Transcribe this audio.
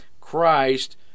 Christ